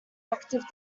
active